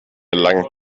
lang